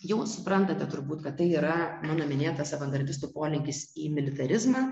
jau suprantate turbūt kad tai yra mano minėtas avangardistų polinkis į militarizmą